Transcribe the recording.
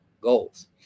goals